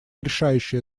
решающее